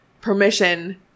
permission